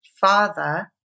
father